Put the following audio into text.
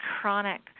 chronic